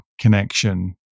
connection